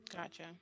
Gotcha